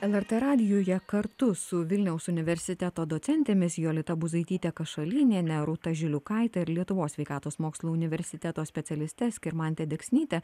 lrt radijuje kartu su vilniaus universiteto docentėmis jolita buzaityte kašalyniene rūta žiliukaite ir lietuvos sveikatos mokslų universiteto specialiste skirmante deksnyte